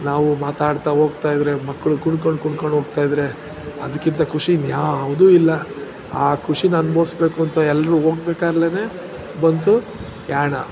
ನಾವು ಮಾತಾಡ್ತಾ ಹೋಗ್ತಾಯಿದ್ರೆ ಮಕ್ಕಳು ಕುಣ್ಕೊಂಡು ಕುಣ್ಕೊಂಡು ಹೋಗ್ತಾಯಿದ್ರೆ ಅದಕ್ಕಿಂತ ಖುಷಿ ಇನ್ನುಯಾವ್ದು ಇಲ್ಲ ಆ ಖುಷಿಯ ಅನ್ಭವಿಸ್ಬೇಕು ಅಂತ ಎಲ್ಲರೂ ಹೋಗ್ಬೇಕಾರ್ಲೆ ಬಂತು ಯಾಣ